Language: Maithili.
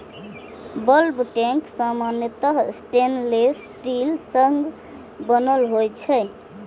बल्क टैंक सामान्यतः स्टेनलेश स्टील सं बनल होइ छै